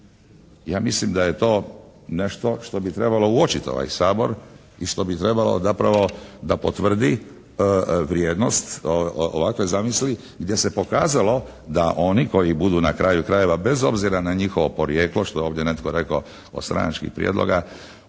Ja mislim da je to nešto što bi trebao uočiti ovaj Sabor i što bi trebalo zapravo da potvrdi vrijednost ovakve zamisli, gdje se pokazalo da oni koji budu na kraju krajeva bez obzira na njihovo porijeklo što je ovdje netko rekao od stranačkih prijedloga